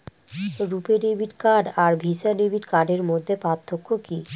রূপে debit card আর Visa debit কার্ডের মধ্যে পার্থক্য কি?